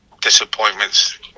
disappointments